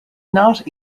not